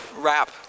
rap